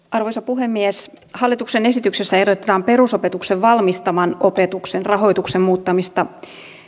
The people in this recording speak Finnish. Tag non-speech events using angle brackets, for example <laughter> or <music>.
<unintelligible> arvoisa puhemies hallituksen esityksessä ehdotetaan perusopetukseen valmistavan opetuksen rahoituksen muuttamista